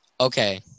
Okay